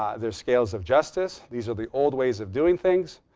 ah there's scales of justice. these are the old ways of doing things.